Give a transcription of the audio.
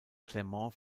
clermont